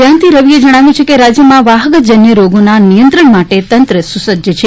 જયંતી રવિએ જણાવ્યું છે કે રાજ્યમાં વાહકજન્ય રોગોના નિયંત્રણ માટે તંત્ર સુસજ્જ છે